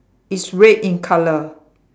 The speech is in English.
it's red in colour